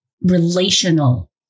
relational